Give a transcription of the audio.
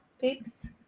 peeps